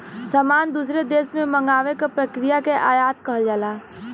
सामान दूसरे देश से मंगावे क प्रक्रिया के आयात कहल जाला